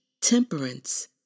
temperance